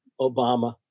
Obama